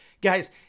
Guys